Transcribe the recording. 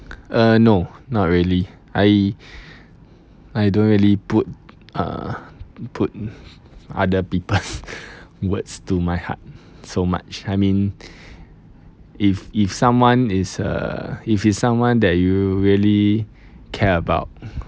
uh no not really I I don't really put uh put other people's words to my heart so much I mean if if someone is err if it's someone that you really care about